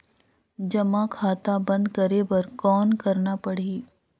जमा खाता बंद करे बर कौन करना पड़ही?